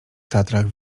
tatrach